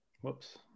Whoops